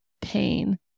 pain